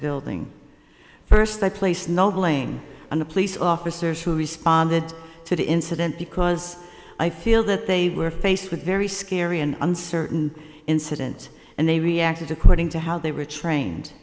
building first i place no blame on the police officers who responded to the incident because i feel that they were faced with a very scary and uncertain incident and they reacted according to how they were trained